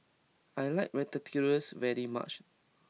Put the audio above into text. I like Ratatouille very much